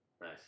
Nice